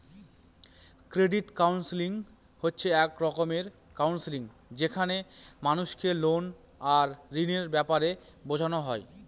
credit counselling হচ্ছে এক রকমের কাউন্সেলিং যেখানে মানুষকে লোন আর ঋণের ব্যাপারে বোঝানো হয়